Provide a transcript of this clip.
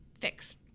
fix